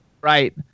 Right